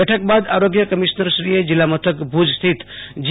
બેઠક બોદ આરૌગ્ય કેમિશનરશ્રીએ જિલ્લામથક ભુજસ્થિત જી